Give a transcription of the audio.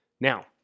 Now